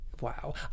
Wow